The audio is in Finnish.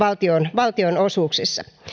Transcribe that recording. valtionosuuksissa